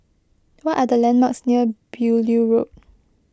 what are the landmarks near Beaulieu Road